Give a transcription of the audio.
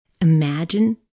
imagine